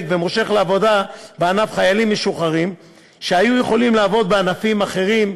ומושך לעבודה בענף חיילים משוחררים שהיו יכולים לעבוד בענפים אחרים,